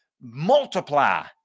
multiply